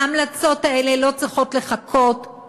ההמלצות האלה לא צריכות לחכות,